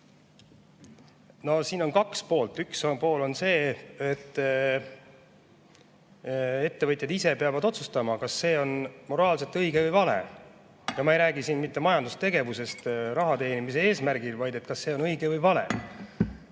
Siin on kaks poolt. Üks pool on see, et ettevõtjad ise peavad otsustama, kas see on moraalselt õige või vale. Ma ei räägi siin mitte majandustegevusest raha teenimise eesmärgil, vaid et kas see on õige või vale.